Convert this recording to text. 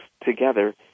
together